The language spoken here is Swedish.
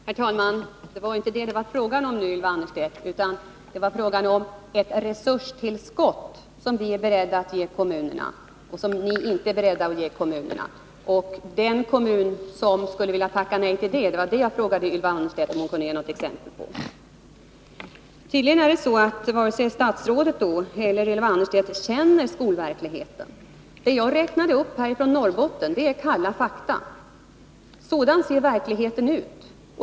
Herr talman! Det var inte det som det var fråga om, Ylva Annerstedt, utan om ett resurstillskott som vi är beredda att ge kommunerna men som ni inte är beredda att ge dem. Vad jag frågade Ylva Annerstedt var, om hon kunde ge något exempel på en kommun som skulle vilja tacka nej till det. Tydligen är det så att varken statsrådet eller Ylva Annerstedt känner till skolverkligheten. De exempel jag nämnde från Norrbotten är kalla fakta. Sådan ser verkligheten ut.